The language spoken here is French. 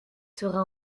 sera